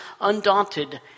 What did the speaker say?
undaunted